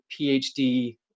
PhD